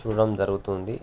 చూడడం జరుగుతుంది